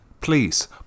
please